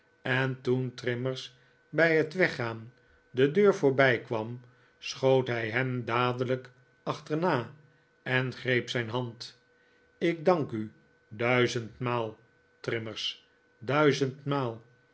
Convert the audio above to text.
en toen trimmers bij het weggaan de deur voorbijkwam schoot hij hem dadelijk achterna en greep zijn hand ik dank u duizendmaal trimmers duizendmaal